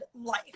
life